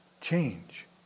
change